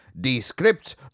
Descript